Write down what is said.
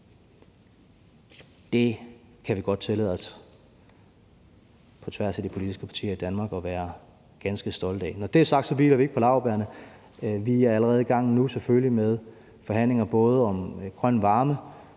Det kan vi godt tillade os på tværs af de politiske partier i Danmark at være ganske stolte af. Når det er sagt, hviler vi ikke på laurbærrene. Vi er selvfølgelig allerede nu i gang med forhandlinger om grøn varme,